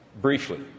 briefly